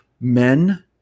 Men